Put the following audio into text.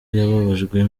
yababajwe